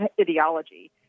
ideology